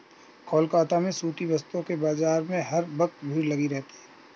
कोलकाता में सूती वस्त्रों के बाजार में हर वक्त भीड़ लगी रहती है